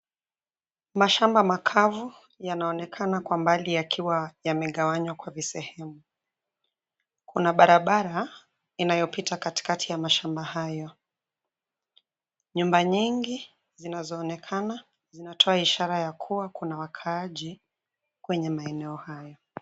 Mashamba makavu yanaonekana kwa mbali yakiwa yamegawanya kwa visehemu. Kuna barabara inayopita katikati ya mashamba hayo. Nyumba nyingi zinazo-onekana zinatoa ishara ya kua kuna wakaaji kwenye maeneo hayo.